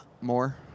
more